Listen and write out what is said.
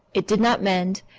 it did not mend,